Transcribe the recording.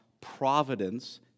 providence